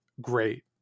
great